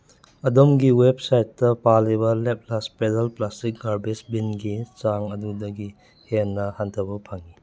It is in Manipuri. ꯑꯗꯣꯝꯒꯤ ꯋꯦꯞꯁꯥꯏꯠꯇ ꯄꯥꯜꯂꯤꯕ ꯂꯦꯞꯂꯥꯁ ꯄꯦꯗꯜ ꯄ꯭ꯂꯥꯁꯇꯤꯛ ꯒꯥꯔꯕꯦꯁ ꯕꯤꯟꯒꯤ ꯆꯥꯡ ꯑꯗꯨꯗꯒꯤ ꯍꯦꯟꯅ ꯍꯟꯊꯕ ꯐꯪꯉꯤ